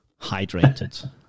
hydrated